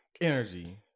energy